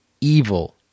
evil